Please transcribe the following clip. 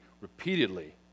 repeatedly